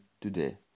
today